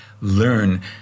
learn